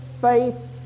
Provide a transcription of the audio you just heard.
faith